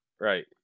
Right